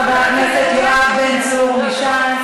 חבר הכנסת יואב בן צור מש"ס.